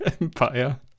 Empire